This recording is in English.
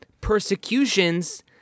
persecutions